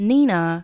Nina